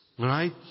Right